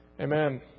Amen